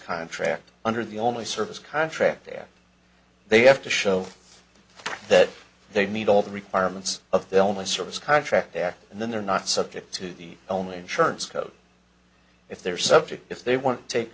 contract under the only service contract that they have to show that they meet all the requirements of the only service contract there and then they're not subject to the only insurance code if they're subject if they want to take